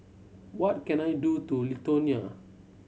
what can I do to Lithuania